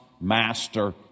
master